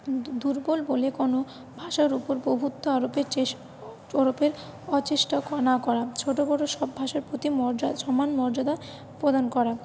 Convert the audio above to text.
দু দুর্বল বলে কোন ভাষার ওপর প্রভুত্ব আরোপের চেষ্ট আরোপের অচেষ্টা না করা ছোট বড়ো সব ভাষার প্রতি মর্যাদা সমান মর্যাদা প্রদান করা